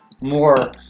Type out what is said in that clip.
more